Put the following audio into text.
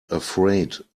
afraid